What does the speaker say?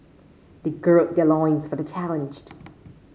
they gird their loins for the challenge